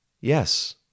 Yes